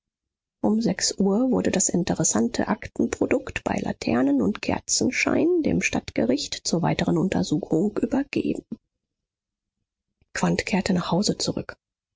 um sechs uhr wurde das interessante aktenprodukt bei laternen und kerzenschein dem stadtgericht zur weiteren untersuchung übergeben quandt kehrte nach hause zurück